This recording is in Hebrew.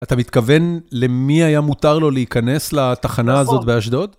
אתה מתכוון למי היה מותר לו להיכנס לתחנה הזאת באשדוד?